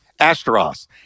Asteros